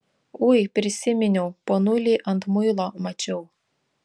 ui prisiminiau ponulį ant muilo mačiau